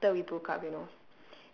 after we broke up you know